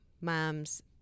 moms